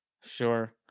Sure